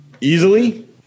Easily